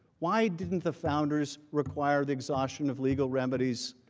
why didn't the founders require the caution of legal remedies?